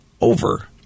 over